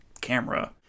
camera